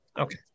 Okay